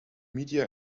media